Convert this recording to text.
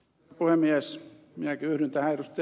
minäkin yhdyn tähän ed